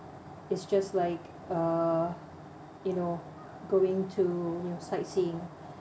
it's just like uh you know going to sight seeing